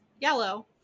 yellow